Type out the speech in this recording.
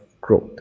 growth